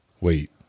Wait